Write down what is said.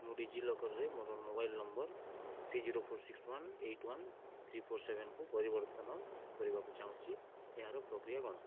ମୁଁ D G ଲକର୍ରେ ମୋର mobile number three zero four six one eight one three four ସେଭେନ୍କୁ ପରିବର୍ତ୍ତନ କରିବାକୁ ଚାହୁଁଛି ଏହାର ପ୍ରକ୍ରିୟା କ'ଣ